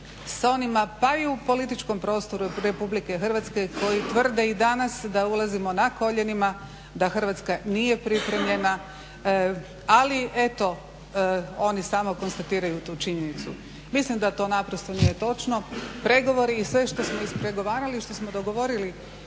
s onima pa i u političkom prostoru RH koji tvrde i danas da ulazimo na koljenima, da Hrvatska nije pripremljena ali eto oni samo konstatiraju tu činjenicu. Mislim da to naprosto nije točno. Pregovori svi što smo ispregovarali i što smo dogovorili